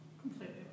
Completely